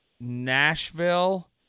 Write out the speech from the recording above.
Nashville